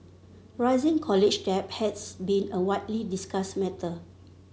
rising college debt has been a widely discussed matter